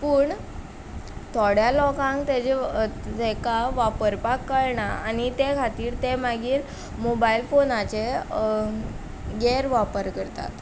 पूण थोड्या लोकांक ताज्यो हाका वापरपाक कळना आनी ते खातीर ते मागीर मोबायल फोनाचे गैर वापर करतात